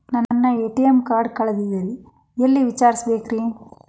ನನ್ನ ATM card ಕಳದದ್ರಿ ಎಲ್ಲಿ ವಿಚಾರಿಸ್ಬೇಕ್ರಿ?